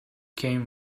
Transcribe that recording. came